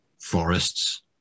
forests